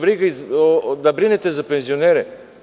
Pričate da brinete za penzionere.